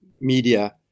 media